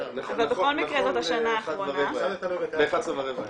ובכל מקרה זאת השנה האחרונה --- נכון ל-11 ורבע אין.